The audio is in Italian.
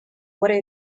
ore